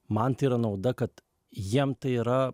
man tai yra nauda kad jiem tai yra